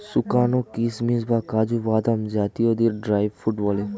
শুকানো কিশমিশ বা কাজু বাদাম জাতীয়দের ড্রাই ফ্রুট বলে